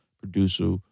producer